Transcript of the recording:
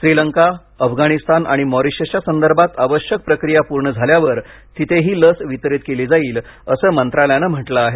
श्रीलंका अफगाणीस्तान आणि मॉरिशसच्या संदर्भात आवश्यक प्रक्रिया पूर्ण झाल्यावर तिथेही लस वितरित केली जाईल असं मंत्रालयानं म्हटलं आहे